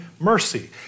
mercy